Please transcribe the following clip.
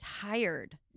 tired